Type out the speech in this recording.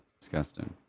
disgusting